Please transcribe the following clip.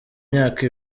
myaka